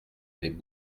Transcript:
avaient